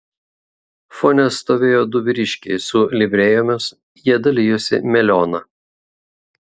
fone stovėjo du vyriškiai su livrėjomis jie dalijosi melioną